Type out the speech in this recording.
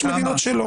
ויש מדינות שלא.